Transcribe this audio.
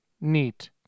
neat